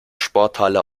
sporthalle